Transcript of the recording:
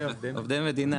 הם עובדי מדינה.